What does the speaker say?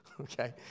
Okay